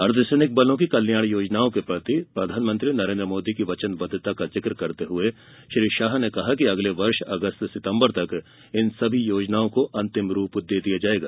अर्धसैनिक बलों की कल्याण योजनाओं के प्रति प्रधानमंत्री नरेन्द्र मोदी की वचनबद्धता का जिक्र करते हुए श्री शाह ने कहा कि अगले वर्ष अगस्त सितम्बर तक इन सभी योजनाओं को अंतिम रूप दे दिया जायेगा